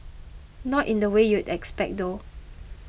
not in the way you'd expect though